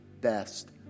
best